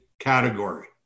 category